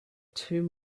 two